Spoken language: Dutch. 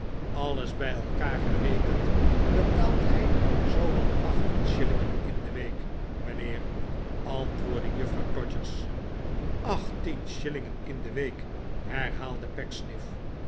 aues bij elkaar gerekend betaalt hij zoo wat achttien shillingen in de week mijnheer antwoordde juffrouw todgers achttien shillingen in de week herhaalde